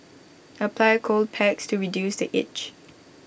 apply cold packs to reduce the itch